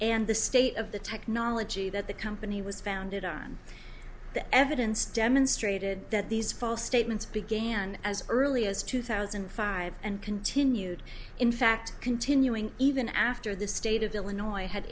and the state of the technology that the company was founded on the evidence demonstrated that these false statements began as early as two thousand and five and continued in fact continuing even after the state of illinois had